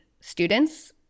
students